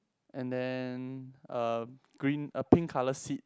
and then a green a pink colour seat